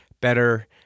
better